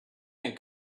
can